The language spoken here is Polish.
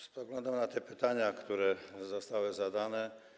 Spoglądam na te pytania, które zostały zadane.